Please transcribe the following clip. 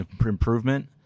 improvement